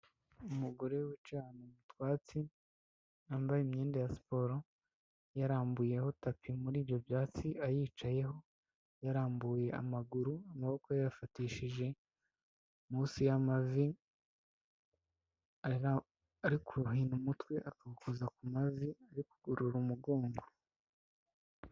Umugore wicaye ahantu mu twatsi, wambaye imyenda ya siporo, yarambuyeho tapi muri ibyo byatsi, ayicayeho yarambuye amaguru, amaboko yayafatishije munsi y'amavi, ari guhina umutwe akawukoza ku mavi, ari kugorora umugongo.